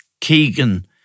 Keegan